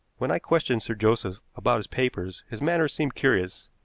when i questioned sir joseph about his papers his manner seemed curious,